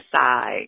side